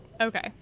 Okay